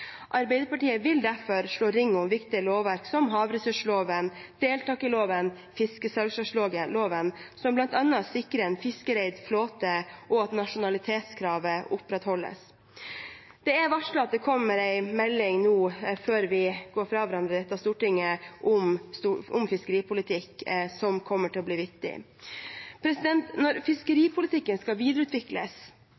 Arbeiderpartiet vil derfor slå ring om viktig lovverk, som havressursloven, deltakerloven og fiskesalgslagsloven, som bl.a. sikrer en fiskereid flåte og at nasjonalitetskravet opprettholdes. Det er varslet at det før dette Stortinget går fra hverandre, kommer en melding om fiskeripolitikk, som kommer til å bli viktig. Når